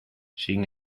sin